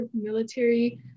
military